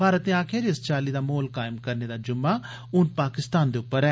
भारत नै आखेआ ऐ जे इस चाल्ली दा म्हौल कायम करने दा जिम्मा हून पाकिस्तान दे उप्पर ऐ